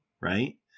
right